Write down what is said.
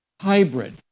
hybrid